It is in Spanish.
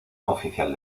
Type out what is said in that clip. oficial